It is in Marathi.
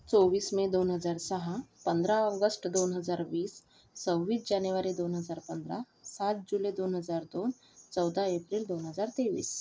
चोवीस मे दोन हजार सहा पंधरा ऑगस्ट दोन हजार वीस सव्वीस जानेवारी दोन हजार पंधरा सात जुलै दोन हजार दोन चौदा एप्रिल दोन हजार तेवीस